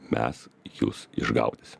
mes jus išgaudysim